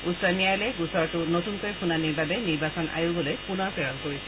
উচ্চ ন্যায়ালয়ে গোচৰটো নতুনকৈ শুনানীৰ বাবে নিৰ্বাচন আয়োগলৈ পুনৰ প্ৰেৰণ কৰিছিল